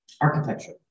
architecture